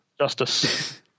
Justice